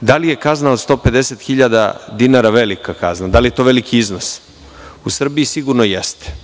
Da li je kazna od 150 hiljada dinara velika kazna? Da li je to veliki iznos? U Srbiji sigurno jeste.